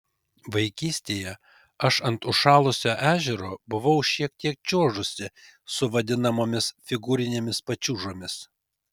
vaikystėje aš ant užšalusio ežero buvau šiek tiek čiuožusi su vadinamomis figūrinėmis pačiūžomis